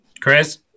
Chris